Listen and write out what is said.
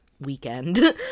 weekend